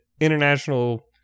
international